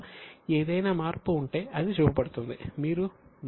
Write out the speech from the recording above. మీరు మరేదైనా ఇన్వెంటరీ గురించి ఆలోచిస్తున్నారా